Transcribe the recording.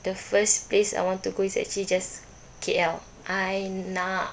the first place I want to go is actually just K_L I nak